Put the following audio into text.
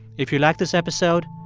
if you like this episode,